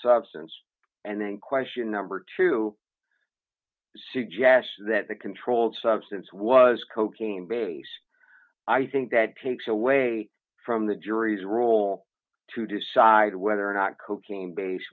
substance and then question number two suggests that the controlled substance was cocaine base i think that takes away from the jury's role to decide whether or not cocaine base